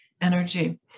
energy